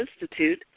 Institute